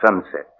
sunset